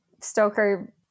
Stoker